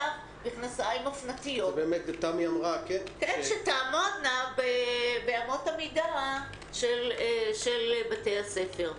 מכנסיים אופנתיות שיעמדו באמות המידה של בתי הספר.